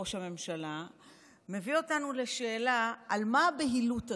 ראש הממשלה מביא אותנו לשאלה על מה הבהילות הזאת.